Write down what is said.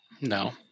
No